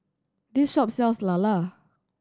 this shop sells lala